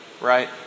right